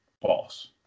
False